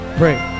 pray